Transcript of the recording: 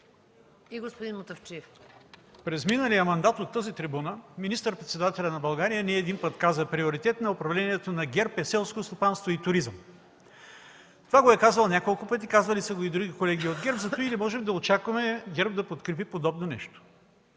СТАНИЛОВ (Атака): През миналия мандат от тази трибуна министър-председателят на България не един път каза: „Приоритет на управлението на ГЕРБ е селското стопанство и туризма”. Това го е казвал няколко пъти, казвали са го и други колеги от ГЕРБ, затова не можем да очакваме ГЕРБ да подкрепи подобно нещо.